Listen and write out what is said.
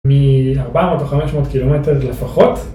מ 400 או 500 קילומטר לפחות